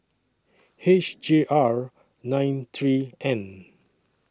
H J R nine three N